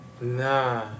Nah